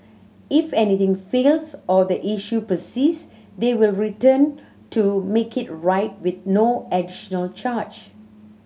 if anything fails or the issue persists they will return to make it right with no additional charge